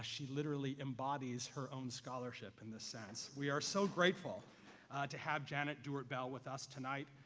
she literally embodies her own scholarship in this sense. we are so grateful to have janet dewart bell with us tonight.